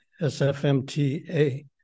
SFMTA